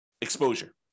exposure